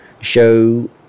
show